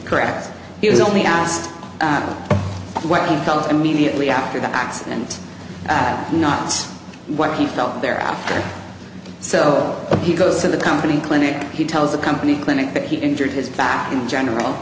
correct he was only asked what he felt immediately after the accident that not what he felt there after so he goes in the company clinic he tells a company clinic that he injured his back in general